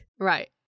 right